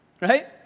Right